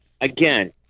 again